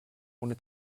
ohne